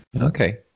Okay